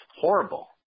horrible